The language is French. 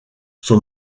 son